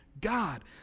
God